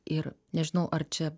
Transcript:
ir nežinau ar čia